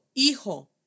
Hijo